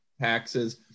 taxes